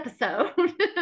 episode